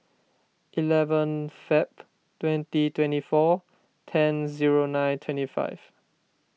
eleven Feb twenty twenty four ten zero nine twenty five